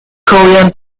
korean